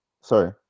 sorry